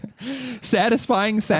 Satisfying